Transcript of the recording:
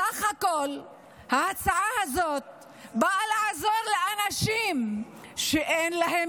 בסך הכול ההצעה הזאת באה לעזור לאנשים שאין להם